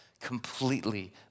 Completely